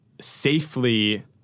safely